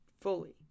Fully